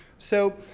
so,